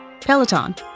Peloton